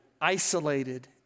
isolated